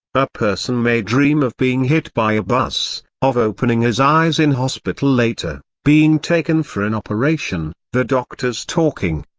a person may dream of being hit by a bus, of opening his eyes in hospital later, being taken for an operation, the doctors talking,